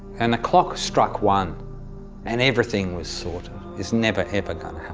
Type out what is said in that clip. and the clock struck one and everything was sorted, its never ever going